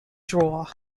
draw